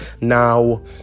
Now